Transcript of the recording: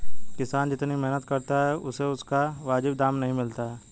किसान जितनी मेहनत करता है उसे उसका वाजिब दाम नहीं मिलता है